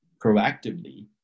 proactively